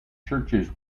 churches